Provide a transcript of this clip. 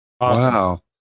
Wow